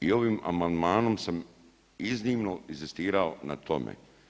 I ovim amandmanom sa iznimno inzistirao na tome.